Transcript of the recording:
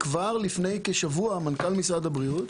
כבר לפני כשבוע, מנכ"ל משרד הבריאות,